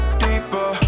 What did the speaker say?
deeper